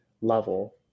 level